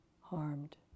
harmed